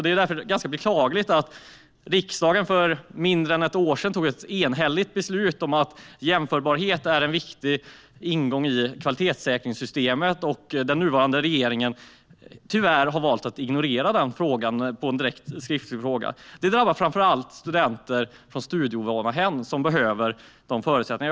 Det är därför beklagligt med tanke på att riksdagen för mindre än ett år sedan tog ett enhälligt beslut om att jämförbarhet är en viktig ingång i kvalitetssäkringssystemet att den nuvarande regeringen tyvärr har valt att ignorera den frågan, enligt ett svar på en skriftlig fråga. Detta drabbar framför allt studenter från studieovana hem som behöver dessa förutsättningar.